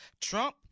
Trump